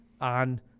on